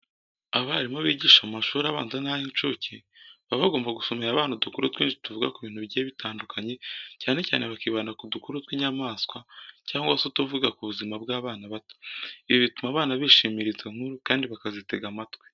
Abarimu bigisha mu mashuri abanza n'ay'inshuke baba bagomba gusomera abana udukuru twinshi tuvuga ku bintu bigiye bitandukanye, cyane cyane bakibanda ku dukuru tw'inyamanswa cyangwa se utuvuga ku buzima bw'abana bato. Ibi bituma abana bishimira izo nkuru kandi bakazitegera amatwi.